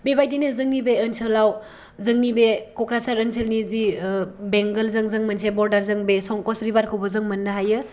बेबायदिनो जोंनि बे आनसोलाव जोंनि बे कक्राझार ओनसोलनि जि आह बेंगल जों मोनसे बर्डार जों बे संकश रिभारखौबो जों मोननो हायो